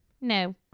No